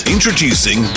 Introducing